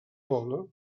poble